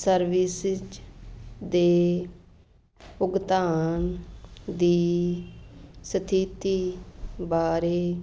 services ਦੇ ਭੁਗਤਾਨ ਦੀ ਸਥਿਤੀ ਬਾਰੇ